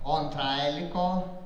o antrąja liko